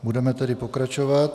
Budeme tedy pokračovat.